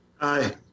Aye